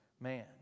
man